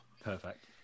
perfect